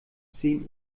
zehn